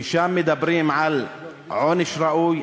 ששם מדברים על עונש ראוי,